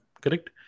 correct